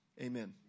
amen